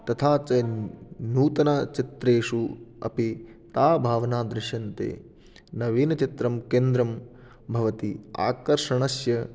तथा च नूतनचित्रेषु अपि ताः भावनाः दृश्यन्ते नवीनचित्रं केन्द्रं भवति आकर्षणस्य